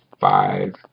five